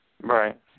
Right